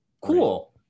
Cool